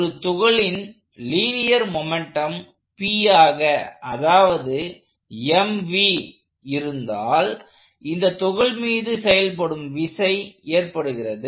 ஒரு துகளின் linear momentum P ஆக அதாவது mv இருந்தால் இந்த துகள் மீது செயல்படும் விசை ஏற்படுகிறது